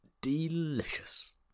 Delicious